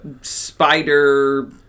spider